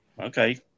Okay